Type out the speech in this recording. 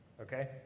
Okay